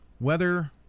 weather